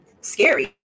scary